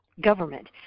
government